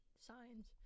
signs